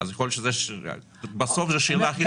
אז בסוף זו השאלה הכי חשובה.